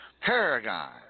Paragon